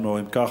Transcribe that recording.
אם כך,